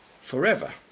forever